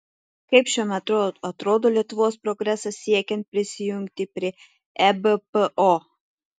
kaip šiuo metu atrodo lietuvos progresas siekiant prisijungti prie ebpo